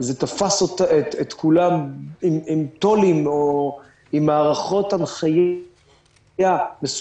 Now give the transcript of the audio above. זה תפס את כולם עם תו"לים או עם מערכות הנחיה מסודרות,